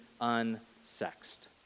unsexed